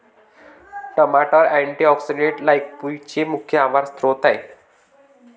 टमाटर अँटीऑक्सिडेंट्स लाइकोपीनचे मुख्य आहार स्त्रोत आहेत